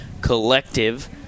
Collective